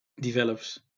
develops